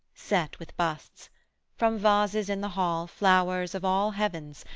set with busts from vases in the hall flowers of all heavens,